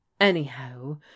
anyhow